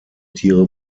tiere